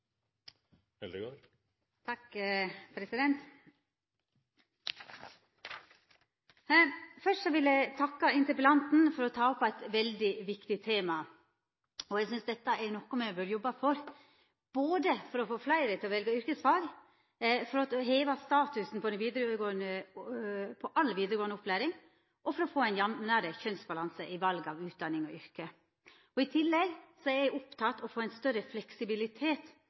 Først vil eg takka interpellanten for å ta opp eit veldig viktig tema. Eg synest dette er noko me bør jobba for for å få fleire til å velja yrkesfag, heva statusen på all vidaregåande opplæring og få ein jamnare kjønnsbalanse i val av utdanning og yrke. I tillegg er eg oppteken av å få ein større fleksibilitet